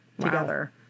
together